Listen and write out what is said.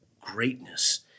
greatness